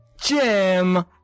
Jim